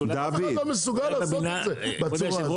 אף אחד לא מסוגל לעשות את זה בצורה הזאת.